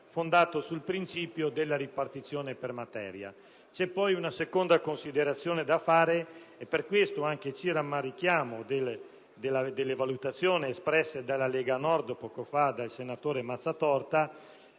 fondato sul principio della ripartizione per materia. C'è poi una seconda considerazione da fare e ci rammarichiamo delle valutazioni della Lega Nord, espresse poco fa dal senatore Mazzatorta,